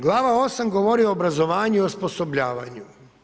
Glava VIII. govori o obrazovanju i osposobljavanju.